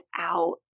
out